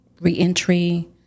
reentry